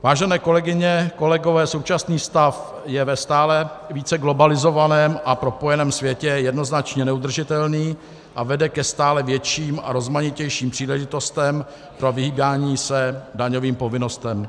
Vážené kolegyně, kolegové, současný stav je ve stále více globalizovaném a propojeném světě jednoznačně neudržitelný a vede ke stále větším a rozmanitějším příležitostem pro vyhýbání se daňovým povinnostem.